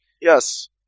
Yes